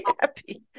happy